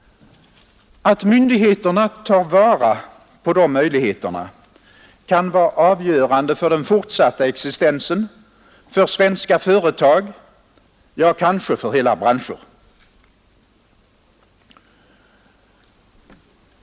Att myndigheterna tar vara på de möjligheterna kan vara avgörande för den fortsatta existensen för svenska företag — ja, kanske för hela branscher.